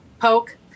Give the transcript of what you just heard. poke